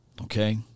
Okay